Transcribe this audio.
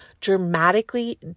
dramatically